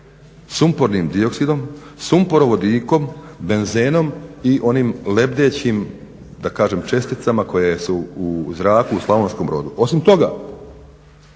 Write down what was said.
sumpornim dioksidom, sumporo vodikom, benzenom i onim lebdećim, da kažem česticama koje su u zraku u Slavonskom brodu. Osim toga,